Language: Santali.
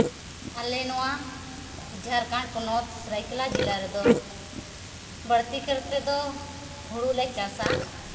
ᱟᱞᱮ ᱱᱚᱣᱟ ᱡᱷᱟᱲᱠᱷᱚᱸᱰ ᱯᱚᱱᱚᱛ ᱥᱚᱨᱟᱭᱠᱮᱞᱞᱟ ᱡᱮᱞᱟ ᱨᱮᱫᱚ ᱵᱟᱹᱲᱛᱤ ᱠᱟᱭᱛᱮ ᱫᱚ ᱦᱩᱲᱩ ᱞᱮ ᱪᱟᱥᱟ